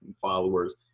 followers